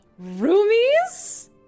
Roomies